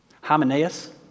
Hymenaeus